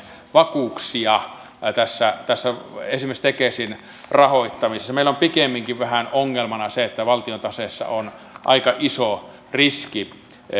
vakuuksia esimerkiksi tässä tekesin rahoittamisessa meillä on pikemminkin vähän ongelmana se että valtion taseessa on aika iso riski